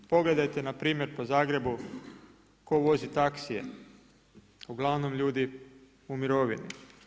Pogledajte npr. po Zagrebu tko vozi taksije, uglavnom ljudi u mirovini.